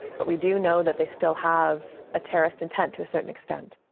but we do know that they still have a terrorist intent to a certain extent.